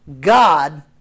God